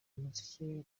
umuziki